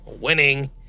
winning